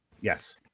Yes